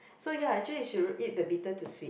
so ya actually you should eat the bitter to sweet